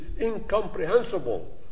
incomprehensible